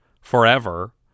forever